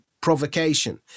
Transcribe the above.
provocation